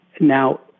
Now